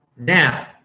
Now